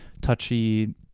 touchy